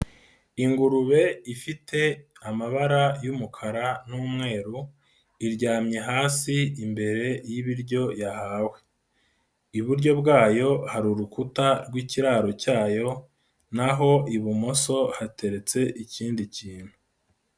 Ingurube ifite amabara y'umukara n'umweru iryamye hasi imbere y'ibiryo yahawe, iburyo bwayo hari urukuta rw'ikiraro cyayo naho ibumoso hateretse ikindi kintu.